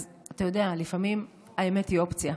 אז אתה יודע, לפעמים האמת היא אופציה.